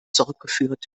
zurückgeführt